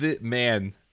man